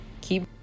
keep